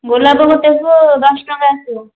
ଗୋଲାପ ଗୋଟେକୁ ଦଶଟଙ୍କା ଆସିବ